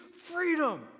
freedom